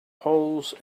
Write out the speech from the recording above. holes